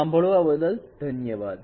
સાંભળવા માટે ધન્યવાદ